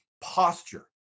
posture